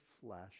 flesh